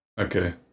Okay